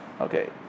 Okay